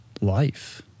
life